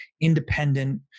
independent